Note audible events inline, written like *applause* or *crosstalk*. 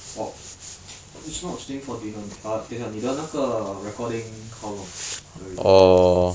我 *noise* is not staying for dinner err 等一下你的那个 recording how long already